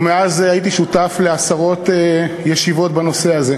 ומאז הייתי שותף לעשרות ישיבות בנושא הזה.